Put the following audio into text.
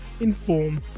inform